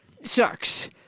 sucks